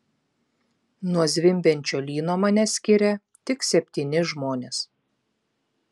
nuo zvimbiančio lyno mane skiria tik septyni žmonės